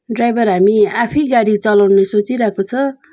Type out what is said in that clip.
driver हामी आफै गाडी चलाउने सोचिरहेको छ